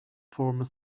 former